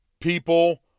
people